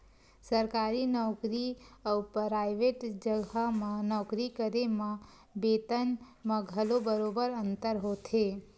सरकारी नउकरी अउ पराइवेट जघा म नौकरी करे म बेतन म घलो बरोबर अंतर होथे